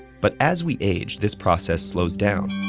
but as we age, this process slows down.